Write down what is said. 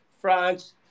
France